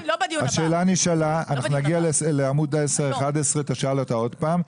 אנחנו נגיע לעמוד 10 ו-11 ואתה תשאל אותה שוב.